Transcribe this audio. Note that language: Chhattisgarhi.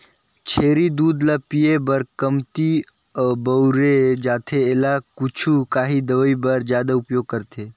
छेरी दूद ल पिए बर कमती बउरे जाथे एला कुछु काही दवई बर जादा उपयोग करथे